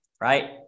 Right